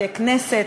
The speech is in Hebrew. בתי-כנסת,